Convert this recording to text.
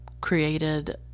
created